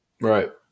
Right